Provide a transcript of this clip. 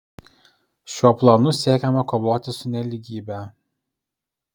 šiuo planu siekiama kovoti su nelygybe